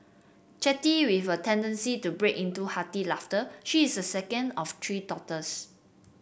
chatty with a tendency to break into hearty laughter she is the second of three daughters